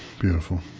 Beautiful